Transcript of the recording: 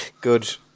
Good